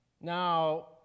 Now